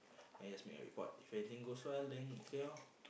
and you just make a report if every thing goes well then okay loh